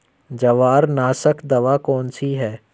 जवार नाशक दवा कौन सी है?